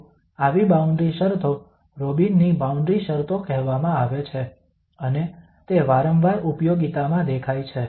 તો આવી બાઉન્ડ્રી શરતો રોબિનની બાઉન્ડ્રી શરતો કહેવામાં આવે છે અને તે વારંવાર ઉપિયોગિતામાં દેખાય છે